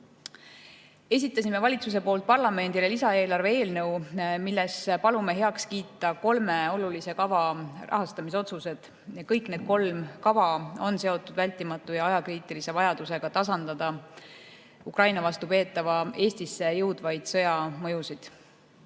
Esitasime valitsuse poolt parlamendile lisaeelarve eelnõu, milles palume heaks kiita kolme olulise kava rahastamise otsused. Kõik need kolm kava on seotud vältimatu ja ajakriitilise vajadusega tasandada Ukraina vastu peetava sõja Eestisse jõudvaid mõjusid.